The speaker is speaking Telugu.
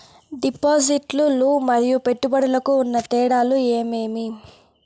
డిపాజిట్లు లు మరియు పెట్టుబడులకు ఉన్న తేడాలు ఏమేమీ?